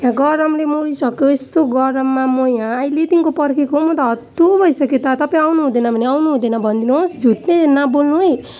यहाँ गरमले मरिसक्यो यस्तो गरममा म यहाँ अहिलेदेखिको पर्खिएको हुँ म त हत्तु भइसकेँ त तपाईँ आउनुहुँदैन भने आउनुहुँदैन भनिदिनु होस् झुट चाहिँ नबोल्नु है